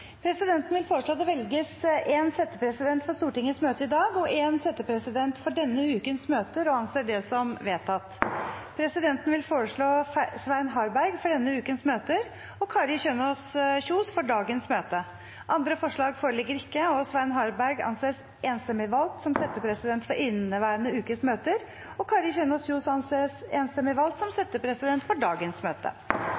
Presidenten vil foreslå at det velges én settepresident for Stortingets møte i dag og én settepresident for denne ukens møter – og anser det som vedtatt. Presidenten vil foreslå Svein Harberg for denne ukens møter og Kari Kjønaas Kjos for dagens møte. – Andre forslag foreligger ikke, og Svein Harberg anses enstemmig valgt som settepresident for inneværende ukes møter, og Kari Kjønaas Kjos anses enstemmig valgt som